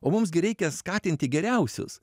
o mums gi reikia skatinti geriausius